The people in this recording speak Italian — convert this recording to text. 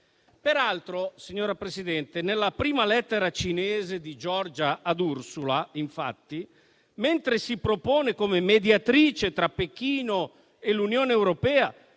Presidente, nella prima lettera cinese di Giorgia ad Ursula si propone come mediatrice tra Pechino e l'Unione europea,